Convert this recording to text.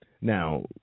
Now